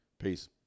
peace